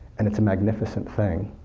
and it's a magnificent thing.